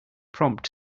prompt